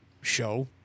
show